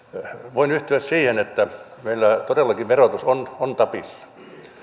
voin yhtyä siihen että meillä todellakin verotus on on tapissa